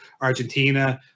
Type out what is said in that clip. Argentina